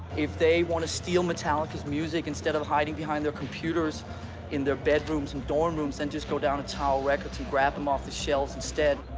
if they want to steal metallica's music instead of hiding behind their computers in their bedrooms and dorm rooms and just go down to tower records and grabbed them off the shelves instead.